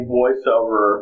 voiceover